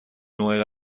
نوع